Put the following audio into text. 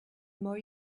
more